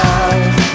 love